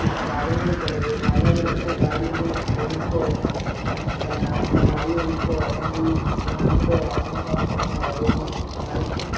പിന്നെ വലയുടെ ചിലവ് വല ചിലപ്പോൾ കടലിൽ ഒഴുക്കോ അങ്ങനെ അടിയൊഴുക്കോ അല്ലെങ്കിൽ ഞണ്ടോ അങ്ങനെയൊക്കെ വന്ന് കഴിഞ്ഞാൽ വലയിൽ വലയ്ക്കും